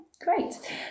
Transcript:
Great